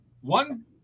One